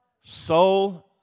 soul